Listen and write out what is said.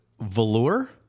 velour